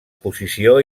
posició